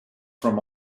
from